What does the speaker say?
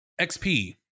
XP